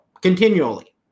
Continually